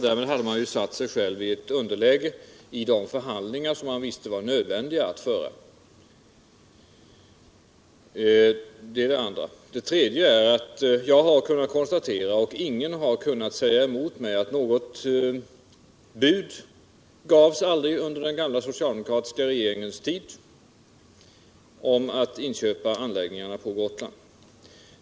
Därmed hade man satt sig själv i ett underläge i de förhandlingar man visste att det var nödvändigt att föra. För det tredje har jag kunnat konstatera — och ingen har kunnat säga emot mig —att något bud om inköp av anläggningarna på Gotland aldrig gavs under den socialdemokratiska regeringens tid.